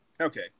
Okay